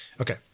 Okay